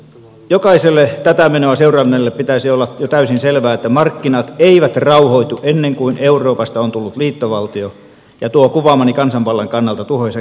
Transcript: jokaiselle tätä menoa seuranneelle pitäisi olla jo täysin selvää että markkinat eivät rauhoitu ennen kuin euroopasta on tullut liittovaltio ja tuo kuvaamani kansanvallan kannalta tuhoisa kehityskulku on ajettu loppuun